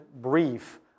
brief